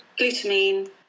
glutamine